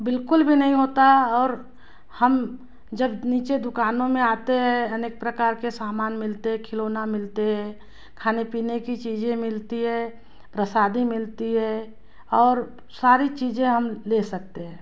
बिल्कुल भी नहीं होता और हम जब नीचे दुकानों में आते है अनेक प्रकार के सामान मिलते खिलौने मिलते हैं खाने पीने की चीज़ें मिलती हैं प्रसाद मिलता है और सारी चीज़ें हम ले सकते हैं